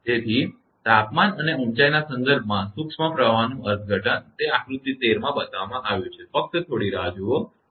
તેથી તાપમાન અને ઊંચાઈના સંદર્ભમાં સૂક્ષ્મ પ્રવાહનું અર્થઘટન તે આકૃતિ 13 માં બતાવવામાં આવ્યું છે ફકત થોડી રાહ જુઓ થોડી રાહ જુઓ